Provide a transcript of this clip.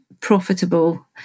profitable